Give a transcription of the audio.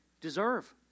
deserve